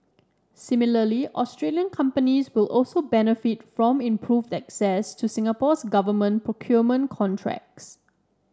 similarly Australian companies will also benefit from improved access to Singapore's government procurement contracts